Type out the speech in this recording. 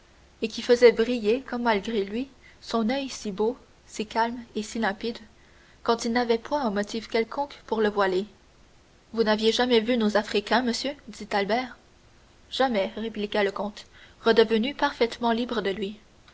et qui faisait briller comme malgré lui son oeil si beau si calme et si limpide quand il n'avait point un motif quelconque pour le voiler vous n'aviez jamais vu nos africains monsieur dit albert jamais répliqua le comte redevenu parfaitement libre de lui